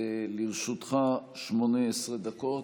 לרשותך 18 דקות.